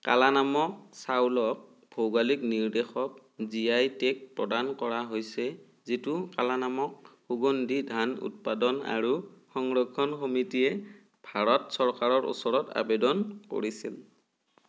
কালানামক চাউলক ভৌগোলিক নিৰ্দেশক জি আই টেগ প্ৰদান কৰা হৈছে যিটো কালানামক সুগন্ধি ধান উৎপাদন আৰু সংৰক্ষণ সমিতিয়ে ভাৰত চৰকাৰৰ ওচৰত আৱেদন কৰিছিল